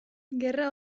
gerra